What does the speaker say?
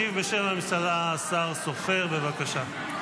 ישיב בשם הממשלה השר סופר, בבקשה.